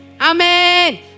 Amen